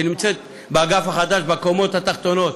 שנמצאת באגף החדש בקומות התחתונות.